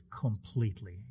completely